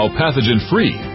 pathogen-free